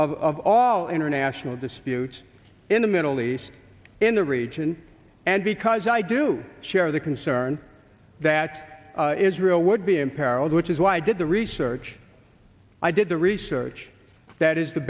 of all international disputes in the middle east in the region and because i do share the concern that israel would be imperiled which is why did the research i did the research that is the